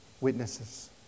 witnesses